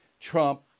Trump